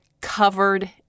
covered